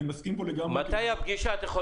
אני מסכים פה לגמרי ש --- אתה יכול